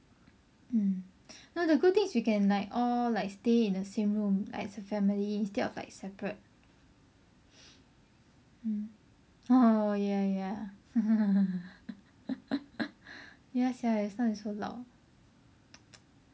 mm no the good thing is we can like all like all stay in the same room like as a family instead of separate mm oh ya ya ya sia their snore is so loud